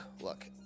look